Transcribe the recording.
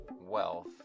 wealth